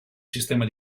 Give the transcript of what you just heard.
sistema